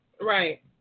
Right